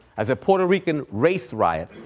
as a puerto rican race riot.